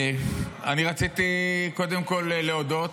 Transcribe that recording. אני רציתי קודם כול להודות,